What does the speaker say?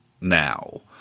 now